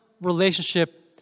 relationship